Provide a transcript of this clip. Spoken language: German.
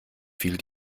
viel